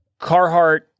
Carhartt